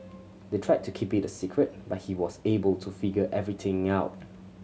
they tried to keep it a secret but he was able to figure everything out